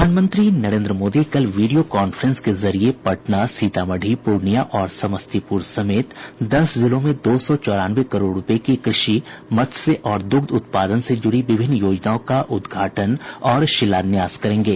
प्रधानमंत्री नरेन्द्र मोदी कल video conference के जरिए पटना सीतामढ़ी पूर्णिया और समस्तीपुर समेत दस जिलों में दो सौ चौरानवे करोड़ रूपये की कृषि मत्स्य और द्रग्ध उत्पादन से जुड़ी विभिन्न योजनाओं का उद्घाटन और शिलान्यास करेंगे